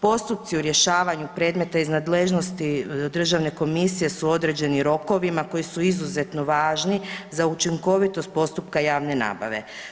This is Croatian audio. Postupci u rješavanju predmeta iz nadležnosti državne komisije su određeni rokovima koji su izuzetno važni za učinkovitost postupka javne nabave.